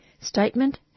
statement